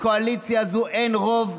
לקואליציה הזו אין רוב,